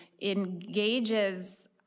Engages